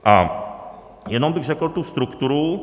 A jenom bych řekl tu strukturu.